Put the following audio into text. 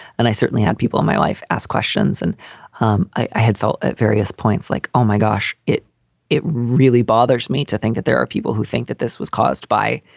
and i certainly had people in my life ask questions. and um i had felt at various points like, oh, my gosh, it it really bothers me to think that there are people who think that this was caused by